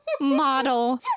model